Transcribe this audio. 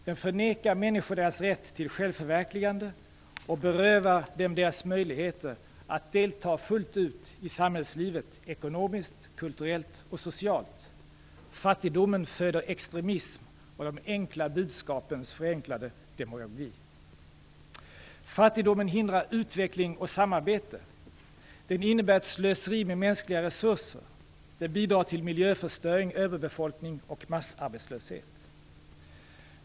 Den förnekar människor deras rätt till självförverkligande och berövar dem deras möjligheter att delta fullt ut i samhällslivet, ekonomiskt, kulturellt och socialt. Fattigdomen föder extremism och de enkla budskapens förenklade demagogi. Fattigdomen hindrar utveckling och samarbete. Den innebär ett slöseri med mänskliga resurser. Den bidrar till miljöförstöring, överbefolkning och massarbetslöshet.